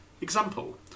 Example